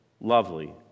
lovely